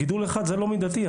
גידול אחד הוא לא מידתי.